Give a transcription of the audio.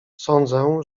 sądzę